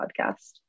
podcast